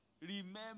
remember